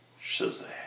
Shazam